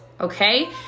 okay